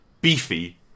beefy